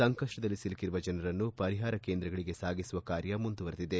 ಸಂಕಷ್ನದಲ್ಲಿ ಸಿಲುಕಿರುವ ಜನರನ್ನು ಪರಿಹಾರ ಕೇಂದ್ರಗಳಿಗೆ ಸಾಗಿಸುವ ಕಾರ್ಯ ಮುಂದುವರೆದಿದೆ